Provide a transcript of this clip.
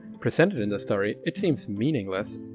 presented in the story, it seems meaningless,